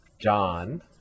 John